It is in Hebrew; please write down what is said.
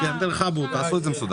תעשו את זה בצורה מסודרת.